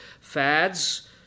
fads